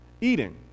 eating